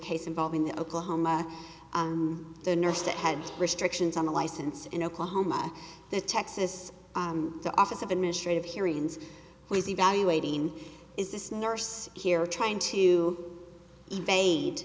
case involving the oklahoma the nurse that had restrictions on the license in oklahoma the texas the office of administrative hearings was evaluating is this nurse here trying to evade